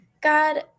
God